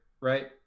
right